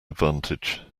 advantage